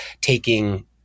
taking